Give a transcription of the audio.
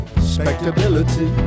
respectability